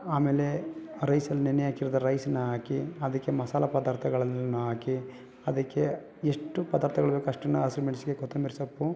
ಆಮೇಲೆ ರೈಸಲ್ಲಿ ನೆನೆ ಹಾಕಿರೊದು ರೈಸನ್ನು ಹಾಕಿ ಅದಕ್ಕೆ ಮಸಾಲೆ ಪದಾರ್ಥಗಳನ್ನು ಹಾಕಿ ಅದಕ್ಕೆ ಎಷ್ಟು ಪದಾರ್ಥಗಳು ಬೇಕು ಅಷ್ಟನ್ನ ಹಸಿ ಮೆಣ್ಶಿಕಾಯಿ ಕೊತ್ತಂಬರಿ ಸೊಪ್ಪು